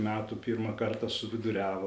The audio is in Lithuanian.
metų pirmą kartą suviduriavo